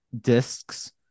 discs